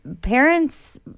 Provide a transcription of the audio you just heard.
parents